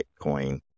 Bitcoin